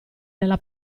nella